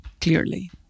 clearly